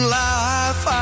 life